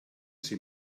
sie